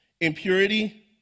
impurity